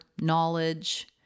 knowledge